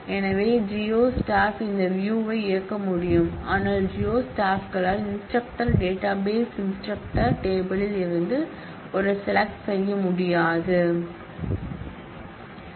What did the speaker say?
எனவே geo staff இந்த view இயக்க முடியும் ஆனால் ஜியோ ஸ்டாப்களால் இன்ஸ்டிரக்டர் டேட்டாபேஸ் இன்ஸ்டிரக்டர் டேபிள் யில் இருந்து ஒரு செலக்ட் செய்ய முடியாது